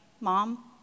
mom